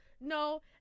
No